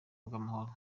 bw’amahoro